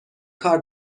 کار